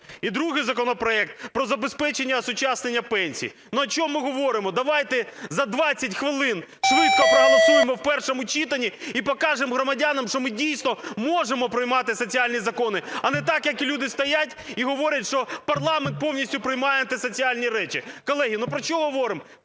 і другий законопроект - про забезпечення осучаснення пенсій. Ну, о чем ми говоримо! Давайте за 20 хвилин швидко проголосуємо в першому читанні і покажемо громадянам, що ми дійсно можемо приймати соціальні закони. А не так, як люди стоять і говорять, що парламент повністю приймає антисоціальні речі. Колеги, про що говоримо?